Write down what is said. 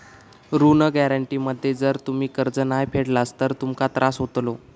ऋण गॅरेंटी मध्ये जर तुम्ही कर्ज नाय फेडलास तर तुमका त्रास होतलो